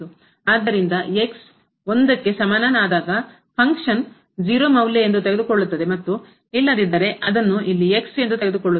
ಆದ್ದರಿಂದ 1 ಕ್ಕೆ ಸಮಾನನಾದಾಗ ಫಂಕ್ಷನ್ ಕಾರ್ಯವು 0 ಮೌಲ್ಯ ಎಂದು ತೆಗೆದುಕೊಳ್ಳುತ್ತದೆ ಮತ್ತು ಇಲ್ಲದಿದ್ದರೆ ಅದನ್ನು ಇಲ್ಲಿ ಎಂದು ತೆಗೆದುಕೊಳ್ಳುತ್ತದೆ